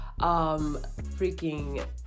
freaking